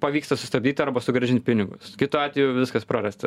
pavyksta sustabdyti arba sugrąžint pinigus kitu atveju viskas prarasta